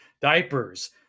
diapers